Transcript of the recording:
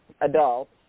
adults